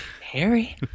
Harry